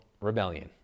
rebellion